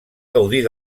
gaudir